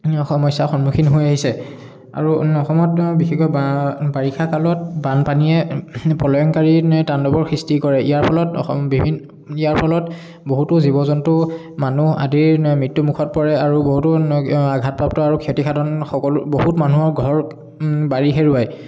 সমস্যা সন্মুখীন হৈ আহিছে আৰু অসমত বিশেষকৈ বা বাৰিষা কালত বানপানীয়ে প্ৰলয়ংকাৰী তাণ্ডৱৰ সৃষ্টি কৰে ইয়াৰ ফলত অসম বিভি ইয়াৰ ফলত বহুতো জীৱ জন্তু মানুহ আদিৰ মৃত্যুমুখত পৰে আৰু বহুতো আঘাতপ্ৰাপ্ত আৰু ক্ষতিসাধান সক বহুত মানুহৰ ঘৰ বাৰী হেৰুৱায়